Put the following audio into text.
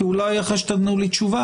כי אולי אחרי שתענו לי תשובה,